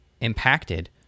impacted